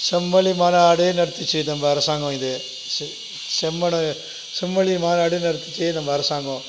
செம்மொழி மாநாடு நடத்துச்சு நம்ப அரசாங்கம் இது செ செம்மன செம்மொழி மாநாடு நடத்துச்சு நம்ம அரசாங்கம்